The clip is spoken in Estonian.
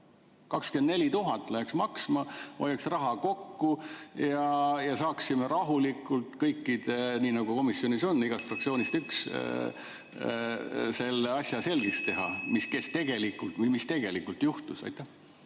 24 000 läheks see maksma, hoiaks raha kokku ja saaksime rahulikult kõikidega – nii nagu komisjonis on, igast fraktsioonist üks liige – selgeks teha, mis tegelikult juhtus. Hea